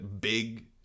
Big